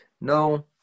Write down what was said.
No